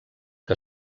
que